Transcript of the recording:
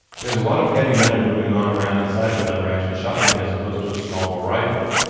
there's a lot of heavy metal moving on around inside of a lever-action shotgun as opposed to a small-bore rifle,